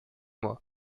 mois